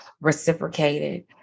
reciprocated